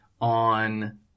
on